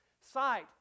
Sight